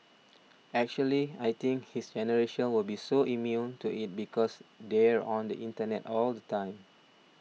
actually I think his generation will be so immune to it because they are on the internet all the time